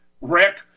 Rick